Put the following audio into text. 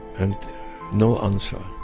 and no answer.